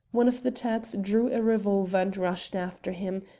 one of the turks drew a revolver and rushed after him,